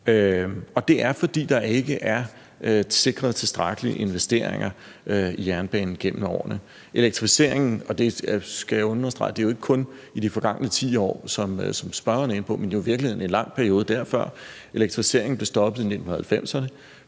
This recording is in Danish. Og det er, fordi der ikke er sikret tilstrækkelige investeringer i jernbanen igennem årene. Jeg skal jo understrege, at det ikke kun er i de forgangne 10 år, som spørgeren er inde på, men at det jo i virkeligheden er igennem en lang periode før det. Elektrificeringen blev stoppet i 1990'erne,